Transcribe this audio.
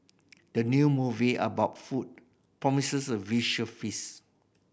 the new movie about food promises a visual feast